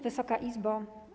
Wysoka Izbo!